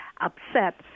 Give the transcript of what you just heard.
upset